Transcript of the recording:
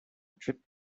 trip